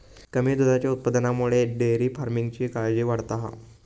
कमी दुधाच्या उत्पादनामुळे डेअरी फार्मिंगची काळजी वाढता हा